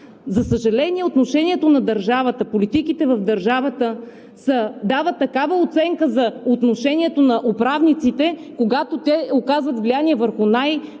За съжаление, отношението на държавата, политиките в държавата дават такава оценка за отношението на управниците, когато те оказват влияние върху най-уязвимите